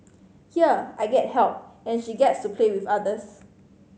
here I get help and she gets to play with others